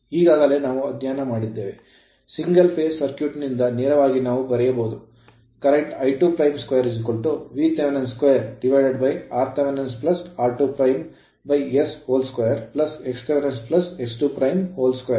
ಈಗಾಗಲೇ ನಾವು ಅಧ್ಯಯನ ಮಾಡಿದ್ದೇವೆ single phase single phase circuit ನಿಂದ ನೇರವಾಗಿ ನಾವು ಬರೆಯಬಹುದು ಪ್ರಸ್ತುತ I22 Vth 2rth r2s2xth x 22